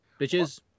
bitches